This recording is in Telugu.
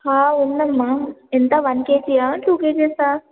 హ ఉందమ్మా ఎంత వన్ కేజీఆ టూ కేజీసా